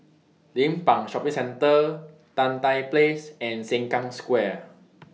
Limbang Shopping Centre Tan Tye Place and Sengkang Square